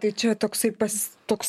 tai čia toksai pas toks